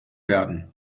werden